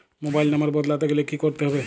Mobile নম্বর বদলাতে গেলে কি করতে হবে?